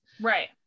right